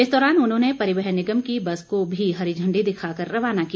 इस दौरान उन्होंने परिवहन निगम की बस को भी हरी झंडी दिखाकर रवाना किया